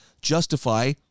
justify